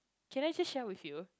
can I just share with you